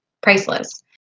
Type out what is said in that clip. priceless